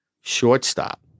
shortstop